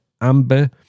amber